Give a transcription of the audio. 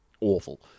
awful